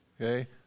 Okay